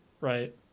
right